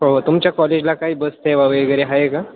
हो हो तुमच्या कॉलेजला काही बस सेवा वगैरे आहे का